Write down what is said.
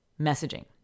messaging